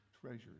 treasures